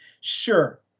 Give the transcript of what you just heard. sure